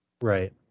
Right